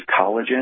collagen